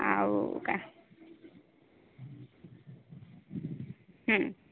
ଆଉ କା ହୁଁ